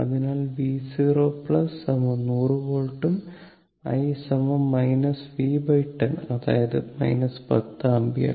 അതിനാൽ V0 100 വോൾട്ടും i v10 അതായത് 10 ആമ്പിയർ